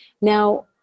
Now